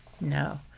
No